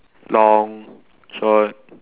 long short